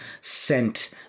sent